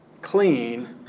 clean